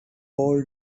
paul